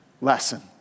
lesson